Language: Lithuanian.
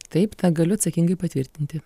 taip tą galiu atsakingai patvirtinti